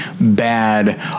bad